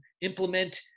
implement